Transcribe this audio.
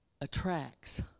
attracts